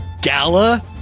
gala